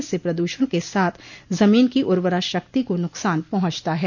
इससे प्रद्षण के साथ जमीन की उर्वरा शक्ति को नुकसान पहुंचता है